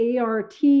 ART